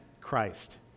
christ